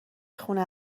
خونه